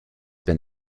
been